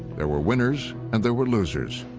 there were winners and there were losers.